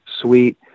sweet